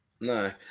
No